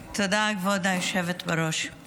תודה, כבוד היושבת-בראש.